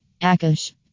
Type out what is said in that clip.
Akash